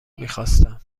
میخواستم